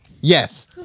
Yes